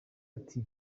ati